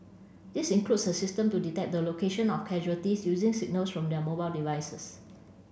this includes a system to detect the location of casualties using signals from their mobile devices